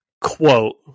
quote